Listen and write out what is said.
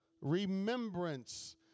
remembrance